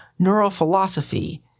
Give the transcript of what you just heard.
Neurophilosophy